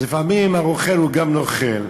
אז לפעמים הרוכל הוא גם נוכל,